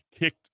kicked